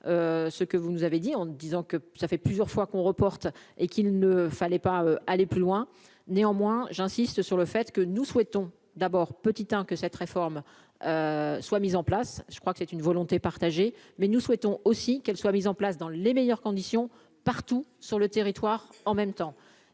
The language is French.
ce que vous nous avez dit en disant que ça fait plusieurs fois qu'on reporte et qu'il ne fallait pas aller plus loin, néanmoins, j'insiste sur le fait que nous souhaitons d'abord petite hein, que cette réforme soit mise en place, je crois que c'est une volonté partagée mais nous souhaitons aussi qu'elle soit mise en place dans les meilleures conditions, partout sur le territoire en même temps